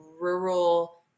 rural